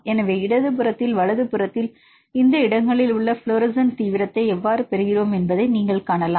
எனவே இடது புறத்தில் வலதுபுறத்தில் இந்த இடங்களில் உள்ள ஃப்ளோரசன்ட் தீவிரத்தை எவ்வாறு பெறுகிறோம் என்பதை நீங்கள் காணலாம்